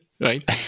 right